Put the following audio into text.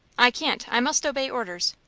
i can't i must obey orders.